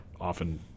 often